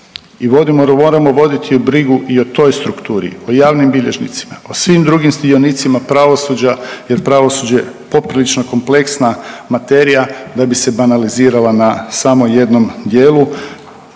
moramo voditi brigu i o toj strukturi, o javnim bilježnicima, o svim drugim dionicima pravosuđa jer pravosuđe je poprilično kompleksna materija da bi se banalizirala na samo jednom dijelu